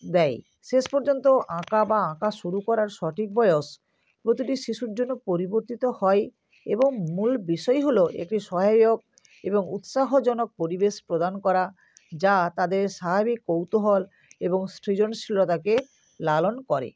দেয় শেষ পর্যন্ত আঁকা বা আঁকা শুরু করার সঠিক বয়স প্রতিটি শিশুর জন্য পরিবর্তিত হয় এবং মূল বিষয়ই হলো একটি সহায়ক এবং উৎসাহজনক পরিবেশ প্রদান করা যা তাদের স্বাভাবিক কৌতূহল এবং সৃজনশীলতাকে লালন করে